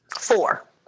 Four